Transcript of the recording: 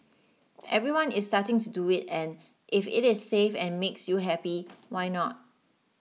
everyone is starting to do it and if it is safe and makes you happy why not